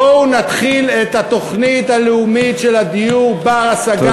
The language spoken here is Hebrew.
בואו נתחיל את התוכנית הלאומית של הדיור בר-השגה,